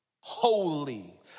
holy